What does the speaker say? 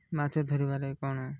ମାଛ ଧରିବାରେ କ'ଣ